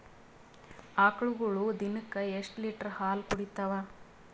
ಆಕಳುಗೊಳು ದಿನಕ್ಕ ಎಷ್ಟ ಲೀಟರ್ ಹಾಲ ಕುಡತಾವ?